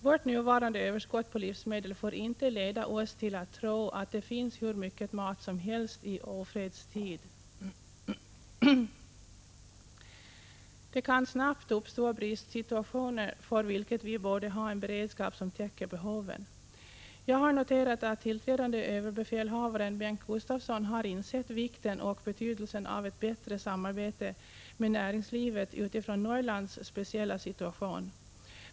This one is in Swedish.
Vårt nuvarande överskott på livsmedel får inte förleda oss till att tro att det finns hur mycket mat som helst i ofredstid. Det kan snabbt uppstå bristsituationer för vilka vi borde ha en beredskap som täcker behoven. Jag har noterat att tillträdande överbefälhavaren Bengt Gustavsson har insett vikten och betydelsen av ett bättre samarbete med näringslivet med hänsyn till Norrlands speciella situation.